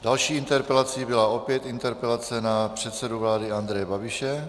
Další interpelací byla opět interpelace na předsedu vlády Andreje Babiše.